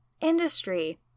industry